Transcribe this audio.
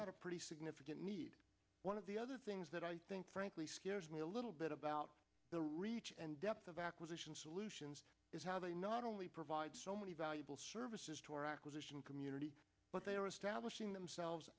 got a pretty significant need one of the other things that i think frankly scares me a little bit about the reach and depth of acquisition solutions is how they not only provide so many valuable services to our acquisition community but they are establishing themselves